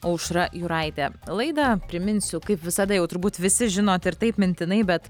aušra juraitė laidą priminsiu kaip visada jau turbūt visi žinot ir taip mintinai bet